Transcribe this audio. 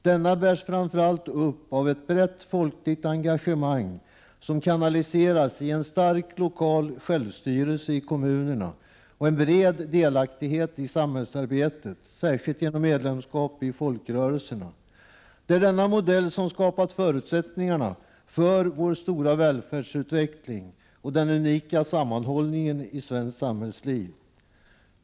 Denna bärs framför allt upp av ett brett folkligt engagemang som kanaliseras i en stark lokal självstyrelse i kommunerna och en bred delaktighet i samhällsarbetet, särskilt genom medlemskap i folkrörelserna. Det är denna modell som skapat förutsättningarna för vår stora välfärdsutveckling och den unika sammanhållningen i svenskt samhällsliv.